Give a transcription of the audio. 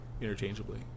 interchangeably